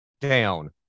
down